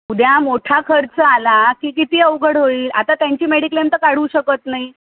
उद्या मोठा खर्च आला की किती अवघड होईल आता त्यांची मेडिकलेन तरं काढू शकत नाही